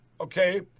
okay